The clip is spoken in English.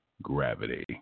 Gravity